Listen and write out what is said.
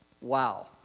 Wow